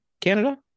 Canada